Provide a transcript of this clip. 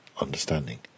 understanding